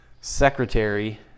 secretary